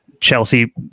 Chelsea